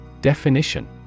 Definition